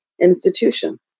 institution